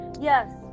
yes